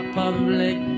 public